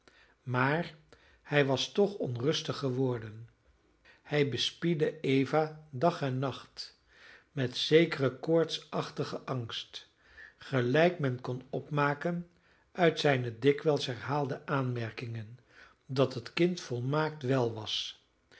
maar hij was toch onrustig geworden hij bespiedde eva dag en nacht met zekeren koortsachtigen angst gelijk men kon opmaken uit zijne dikwijls herhaalde aanmerkingen dat het kind volmaakt wel was dat